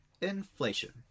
inflation